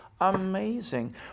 amazing